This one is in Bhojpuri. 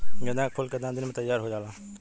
गेंदा के फूल केतना दिन में तइयार हो जाला?